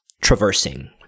traversing